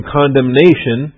condemnation